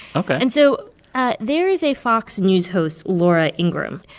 ok and so there is a fox news host, laura ingraham,